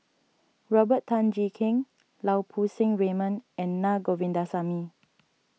Robert Tan Jee Keng Lau Poo Seng Raymond and Naa Govindasamy